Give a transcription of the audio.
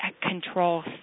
control